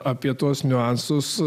apie tuos niuansus